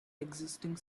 existing